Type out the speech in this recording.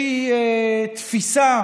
לאיזושהי תפיסה